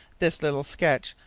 this little sketch,